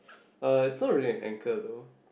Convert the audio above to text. uh it's not really an anchor though